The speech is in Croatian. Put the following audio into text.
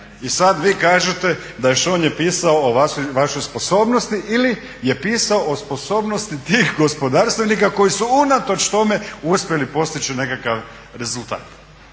I sad vi kažete da je Šonje pisao o vašoj sposobnosti ili je pisao o sposobnosti tih gospodarstvenika koji su unatoč tome uspjeli postići nekakav rezultat.